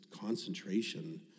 concentration